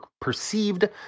perceived